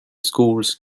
schools